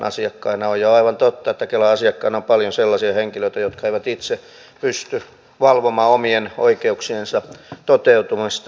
ja on aivan totta että kelan asiakkaina on paljon sellaisia henkilöitä jotka eivät itse pysty valvomaan omien oikeuksiensa toteutumista